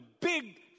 big